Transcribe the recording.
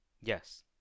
Yes